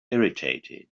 irritated